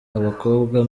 abakobwa